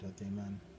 Amen